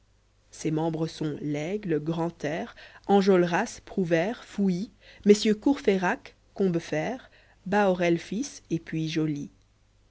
ses membres sont laigle grantairc enjoints prouvai rc fouilly messieurs courfcyrac combeferre isahorel fils et puis joly